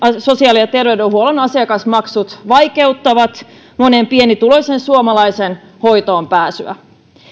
sosiaali ja terveydenhuollon asiakasmaksut vaikeuttavat monen pienituloisen suomalaisen hoitoon pääsyä